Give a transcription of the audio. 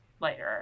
later